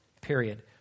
Period